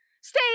Stay